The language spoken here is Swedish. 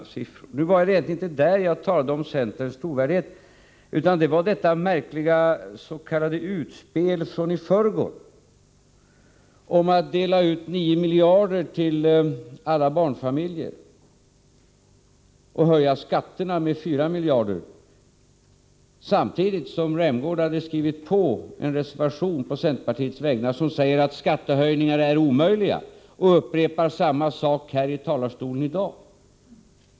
Men det var egentligen inte det jag åsyftade när jag talade om centerns trovärdighet utan det var det märkliga utspelet i förrgår. Man talade om att dela ut 9 miljarder till alla barnfamiljer och att höja skatterna med 4 miljarder. Men samtidigt hade Rolf Rämgård skrivit under en reservation från centern, i vilken det sägs att skattehöjningar är omöjliga. Han upprepar samma sak i talarstolen i dag.